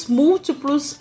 múltiplos